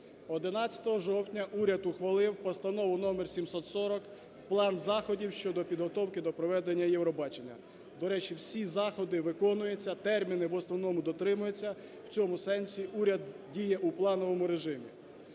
11 жовтня уряд ухвалив Постанову номер 740 "План заходів щодо підготовки до проведення Євробачення". До речі, всі заходи виконуються, терміни в основному дотримуються. В цьому сенсі уряд діє у плановому режимі.